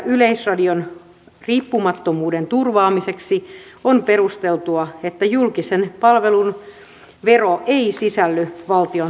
yleisradion riippumattomuuden turvaamiseksi on perusteltua että julkisen palvelun vero ei sisälly valtiontalouden kehyksiin